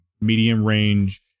medium-range